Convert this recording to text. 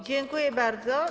Dziękuję bardzo.